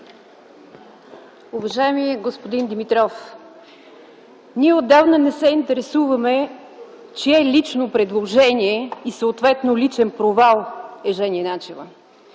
Уважаеми господин Димитров, ние отдавна не се интересуваме чие лично предложение и съответно личен провал е Жени Начева,